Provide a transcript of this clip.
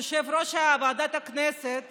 יושב-ראש ועדת הכנסת